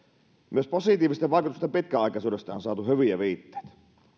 myös positiivisten vaikutusten pitkäaikaisuudesta on saatu hyviä viitteitä